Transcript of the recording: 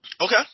Okay